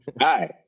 hi